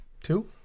Two